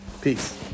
Peace